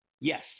Yes